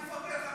אני מפרגן לך,